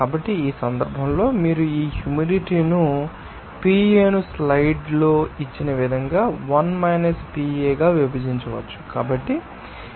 కాబట్టి ఈ సందర్భంలో మీరు ఈ హ్యూమిడిటీ ను PA ను స్లైడ్లో ఇచ్చిన విధంగా 1 PA గా విభజించవచ్చు